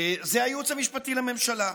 זה הייעוץ המשפטי לממשלה.